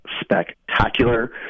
spectacular